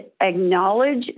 acknowledge